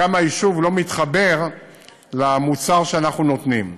כמה היישוב לא מתחבר למוצר שאנחנו נותנים.